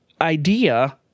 idea